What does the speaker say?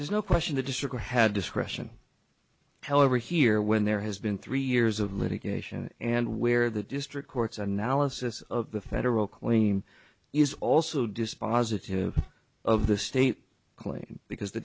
there's no question the district had discretion however here when there has been three years of litigation and where the district courts analysis of the federal claim is also dispositive of the state claim because the